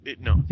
No